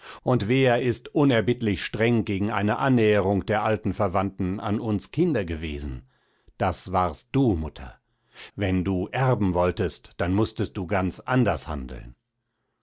und wer ist unerbittlich streng gegen eine annäherung der alten verwandten an uns kinder gewesen das warst du mutter wenn du erben wolltest dann mußtest du ganz anders handeln